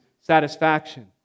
satisfaction